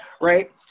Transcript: right